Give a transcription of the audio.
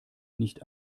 nicht